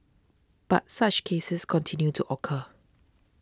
but such cases continue to occur